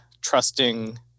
trusting